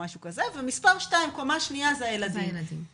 ומספר 2 קומה שנייה זה הילדים.